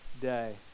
day